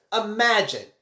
Imagine